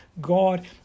God